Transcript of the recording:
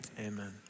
Amen